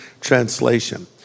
Translation